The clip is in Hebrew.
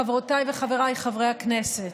חברותיי וחבריי חברי הכנסת,